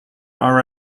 are